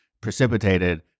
precipitated